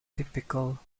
typical